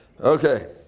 Okay